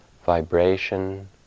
vibration